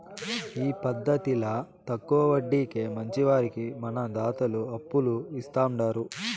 ఈ పద్దతిల తక్కవ వడ్డీకి మంచివారికి మన దాతలు అప్పులు ఇస్తాండారు